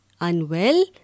unwell